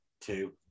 Two